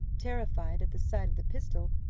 terrified at the sight of the pistol,